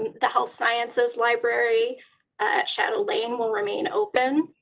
the health sciences library shadow lane will remain open.